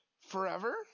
forever